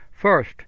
First